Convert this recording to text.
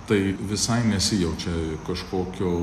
tai visai nesijaučia kažkokio